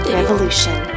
Revolution